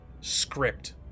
script